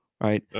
right